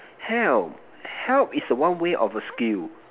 help help is a one way of a skill